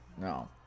No